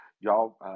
y'all